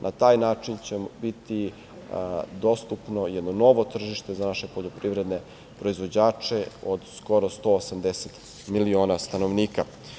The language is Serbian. Na taj način će nam biti dostupno jedno novo tržište za naše poljoprivredne proizvođače od skoro 180 miliona stanovnika.